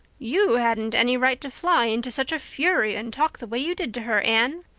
you hadn't any right to fly into such a fury and talk the way you did to her, anne.